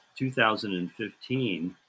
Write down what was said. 2015